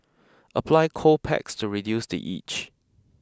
apply cold packs to reduce the itch